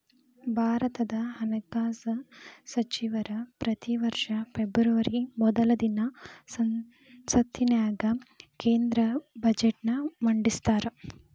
ಭಾರತದ ಹಣಕಾಸ ಸಚಿವರ ಪ್ರತಿ ವರ್ಷ ಫೆಬ್ರವರಿ ಮೊದಲ ದಿನ ಸಂಸತ್ತಿನ್ಯಾಗ ಕೇಂದ್ರ ಬಜೆಟ್ನ ಮಂಡಿಸ್ತಾರ